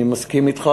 אני מסכים אתך,